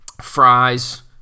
fries